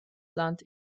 land